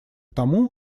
тому